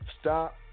stop